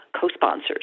co-sponsors